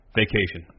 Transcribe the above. vacation